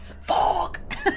Fuck